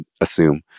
assume